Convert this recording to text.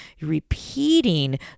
repeating